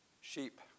sheep